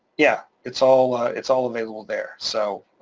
yeah, it's all it's all available there, so,